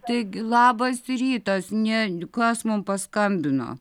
taig labas rytas ne kas mum paskambino